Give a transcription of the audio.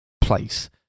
place